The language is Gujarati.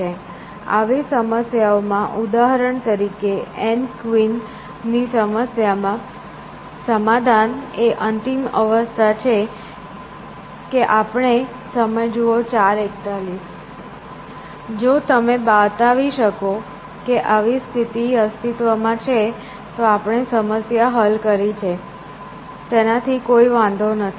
તેથી આવી સમસ્યામાં ઉદાહરણ તરીકે એન કવિન કવિનની સમસ્યામાં સમાધાન એ અંતિમ અવસ્થા છે કે આપણે જો તમે બતાવી શકો કે આવી સ્થિતિ અસ્તિત્વમાં છે તો આપણે સમસ્યા હલ કરી છે તેનાથી કોઈ વાંધો નથી